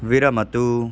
विरमतु